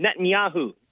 Netanyahu